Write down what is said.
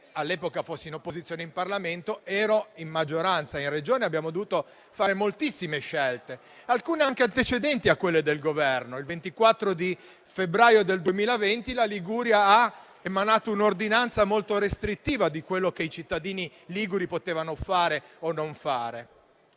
all'epoca fossi all'opposizione in Parlamento, ero in maggioranza in Regione, dove abbiamo dovuto fare moltissime scelte, alcune anche antecedenti a quelle del Governo: il 24 febbraio 2020 la Liguria ha emanato un'ordinanza molto restrittiva rispetto a ciò che i cittadini liguri potevano fare. Anche